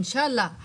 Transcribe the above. אינשאללה,